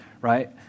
right